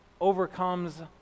overcomes